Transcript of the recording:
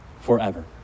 Forever